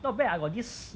not bad I got this